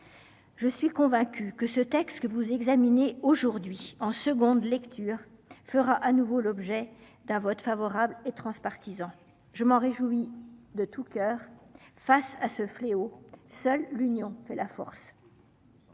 Je suis convaincu que ce texte que vous examinez aujourd'hui en seconde lecture fera à nouveau l'objet d'un vote favorable et transpartisan. Je m'en réjouis de tout coeur. Face à ce fléau. Seule l'union fait la force.